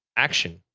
action,